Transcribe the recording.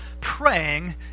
praying